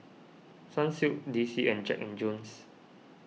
Sunsilk D C and Jack and Jones